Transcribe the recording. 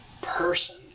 person